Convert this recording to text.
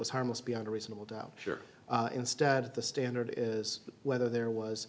was harmless beyond a reasonable doubt instead of the standard is whether there was